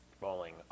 rolling